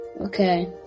Okay